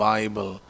Bible